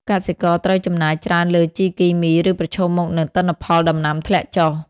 កសិករត្រូវចំណាយច្រើនលើជីគីមី ឬប្រឈមមុខនឹងទិន្នផលដំណាំធ្លាក់ចុះ។